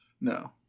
No